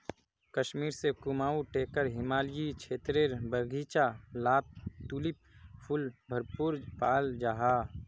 कश्मीर से कुमाऊं टेकर हिमालयी क्षेत्रेर बघिचा लात तुलिप फुल भरपूर पाल जाहा